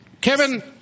Kevin